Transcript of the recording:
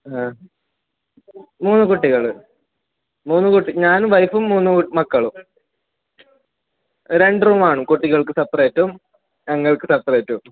ആ മൂന്ന് കുട്ടികൾ മൂന്ന് കുട്ടി ഞാനും വൈഫും മൂന്ന് മക്കളും രണ്ട് റൂം ആണ് കുട്ടികൾക്ക് സെപറേറ്റും ഞങ്ങൾക്ക് സെപ്പറേറ്റും